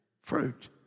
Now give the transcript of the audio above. Fruit